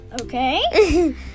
Okay